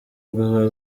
baba